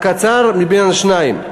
הקצר מבין השניים,